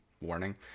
warning